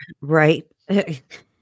Right